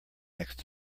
next